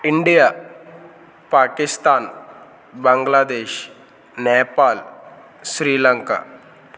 India Pakistan Bangladesh Nepal Sri Lanka